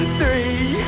three